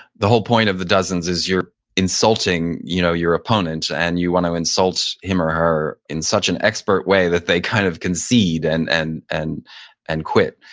the whole point of the dozens is you're insulting you know your opponent and you want to insult him or her in such an expert way that they kind of concede and and and and quit.